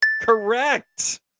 Correct